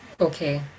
okay